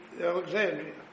Alexandria